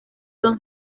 son